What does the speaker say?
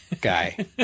guy